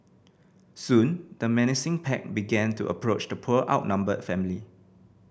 soon the menacing pack began to approach the poor outnumbered family